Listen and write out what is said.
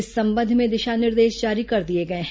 इस संबंध में दिशा निर्देश जारी कर दिए गए हैं